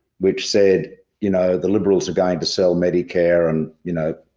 which said, you know, the liberals are going to sell medicare and you know,